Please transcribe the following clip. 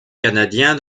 canadien